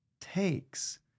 takes